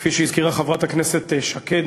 כפי שהזכירה חברת הכנסת שקד,